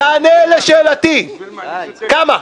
תענה לשאלתי: כמה?